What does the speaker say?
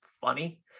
funny